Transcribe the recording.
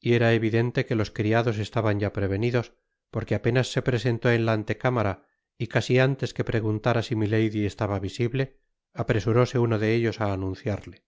y era evidente que los criados estaban ya prevenidos porque apenas se presento en la antecámara y casi antes que preguntara si milady estaba visible apresuróse uno de ellos á anunciarle que